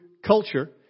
Culture